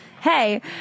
Hey